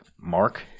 Mark